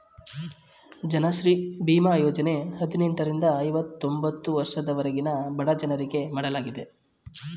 ಜನಶ್ರೀ ಬೀಮಾ ಯೋಜನೆ ಹದಿನೆಂಟರಿಂದ ಐವತೊಂಬತ್ತು ವರ್ಷದವರೆಗಿನ ಬಡಜನರಿಗೆ ಮಾಡಲಾಗಿದೆ